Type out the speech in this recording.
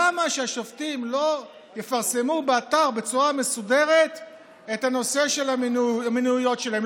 למה שהשופטים לא יפרסמו באתר בצורה מסודרת את הנושא של המניעויות שלהם?